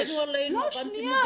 לא, שנייה.